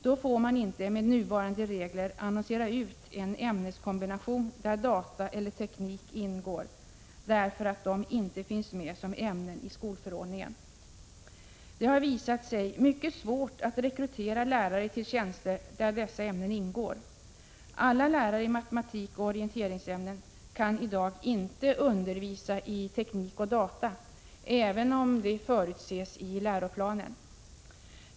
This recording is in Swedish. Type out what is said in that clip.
Då får man inte med nuvarande regler annonsera ut en ämneskombination där data eller teknik ingår, därför att de inte finns med som ämnen i skolförordningen. Det har visat sig vara mycket svårt att rekrytera lärare till tjänster där dessa ämnen ingår. Alla lärare som undervisar i matematik och i orienteringsämnen kan i dag inte undervisa i teknik och data, även om detta förutses i läroplanen.